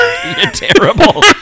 terrible